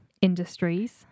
industries